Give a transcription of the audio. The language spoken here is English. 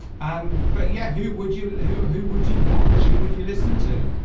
and but yeah who would you who who would you watch who would you listen to